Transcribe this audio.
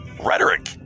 rhetoric